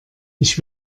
ich